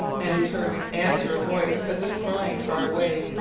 and he heard in answer a voice, as if crying far away,